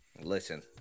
Listen